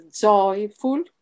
joyful